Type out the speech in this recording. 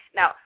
Now